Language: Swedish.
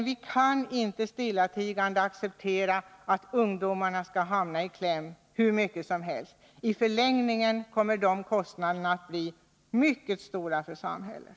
Vi kan inte stillatigande acceptera att ungdomarna skall komma i kläm hur mycket som helst. I förlängningen kommer kostnaderna för en sådan utveckling att bli mycket stora för samhället.